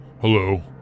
Hello